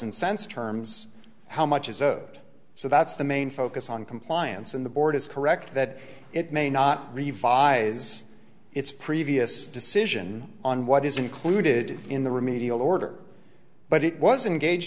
and cents terms how much is a so that's the main focus on compliance in the board is correct that it may not revise its previous decision on what is included in the remedial order but it wasn't gauge